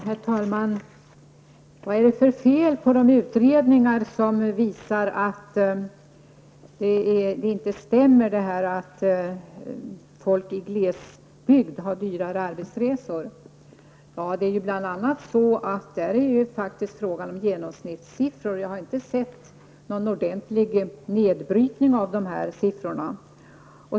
Herr talman! Vad är det för fel på de utredningar som visar att det inte stämmer att folk i glesbygden har dyrare arbetsresor? Det är bl.a. så att det är fråga om genomsnittssiffror. Jag har inte sett någon ordentlig nedbrytning av siffrorna.